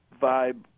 vibe